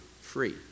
free